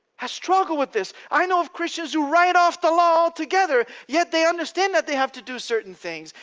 has struggled with this. i know of christians who write off the law altogether, yet they understand that they have to do certain things.